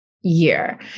year